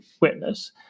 witness